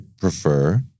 prefer